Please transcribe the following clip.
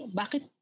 bakit